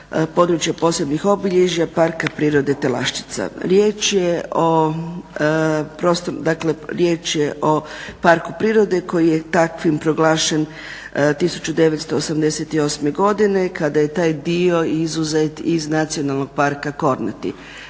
područja posebnih obilježja Parka prirode Telaščica. Riječ je o parku prirode koji je takvim proglašen 1988. godine kada je taj dio izuzet iz Nacionalnog parka Kornati.